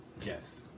Yes